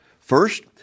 First